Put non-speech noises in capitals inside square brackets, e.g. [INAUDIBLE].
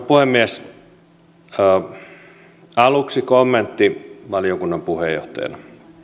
[UNINTELLIGIBLE] puhemies aluksi kommentti valiokunnan puheenjohtajana